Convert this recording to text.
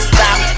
Stop